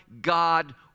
God